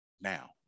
now